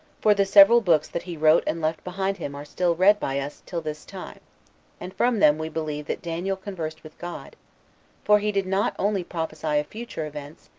for the several books that he wrote and left behind him are still read by us till this time and from them we believe that daniel conversed with god for he did not only prophesy of future events,